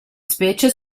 specie